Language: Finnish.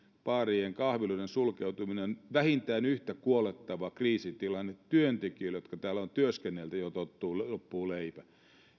baarien kahviloiden sulkeutuminen on vähintään yhtä kuolettava kriisitilanne työntekijöille jotka täällä ovat työskennelleet joilta loppuu leipä